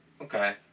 Okay